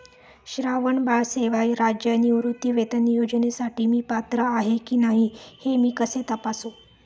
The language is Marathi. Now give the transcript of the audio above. श्रावणबाळ सेवा राज्य निवृत्तीवेतन योजनेसाठी मी पात्र आहे की नाही हे मी कसे तपासू?